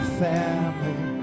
family